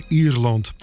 Ierland